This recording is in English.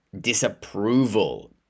disapproval